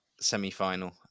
semi-final